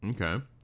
okay